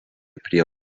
prie